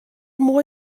moai